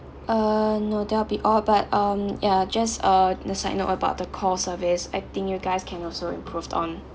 uh no there'll be all but um yeah just uh the side note about the call service I think you guys can also improve on